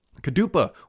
Kadupa